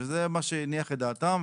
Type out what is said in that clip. וזה מה שהניח את דעתם.